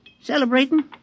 Celebrating